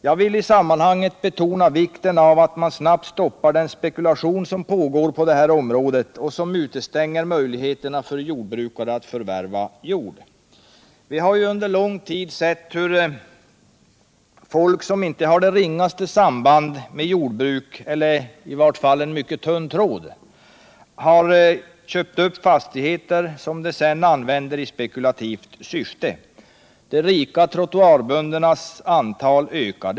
Jag vill i sammanhanget betona vikten av att snabbt stoppa den spekulation som pågår på området och som utestänger jordbrukare från möjligheterna att förvärva jord. Vi har under lång tid sett hur folk som inte har det ringaste samband med jordbruk — eller i varje fall är anknutna till det med en mycket tunn tråd — köpt upp fastigheter som de sedan använt i spekulativt syfte. De rika trottoarböndernas antal ökar.